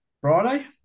Friday